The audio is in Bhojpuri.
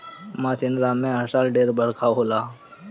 मासिनराम में हर साल ढेर बरखा होला